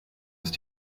ist